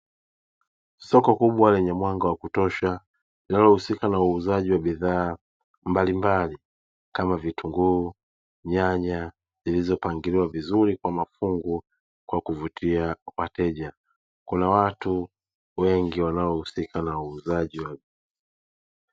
Soko kubwa lenye mwanga wa kutosha linalohusika na uuzaji wa bidhaa mbalimbali kama vitunguu, nyanya zilizopangiliwa vizuri kwa mafungu kwa kuvutia wateja. Kuna watu wengi wanaohusika na uuzaji.